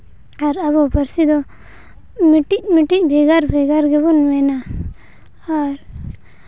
ᱟᱨ ᱟᱵᱚᱣᱟᱜ ᱯᱟᱹᱨᱥᱤ ᱫᱚ ᱢᱤᱫᱴᱤᱡᱼᱢᱤᱫᱴᱤᱡ ᱵᱷᱮᱜᱟᱨᱼᱵᱷᱮᱜᱟᱨ ᱵᱚᱱ ᱢᱮᱱᱟ ᱟᱨ